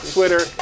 Twitter